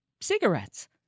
cigarettes